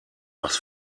was